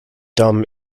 dumb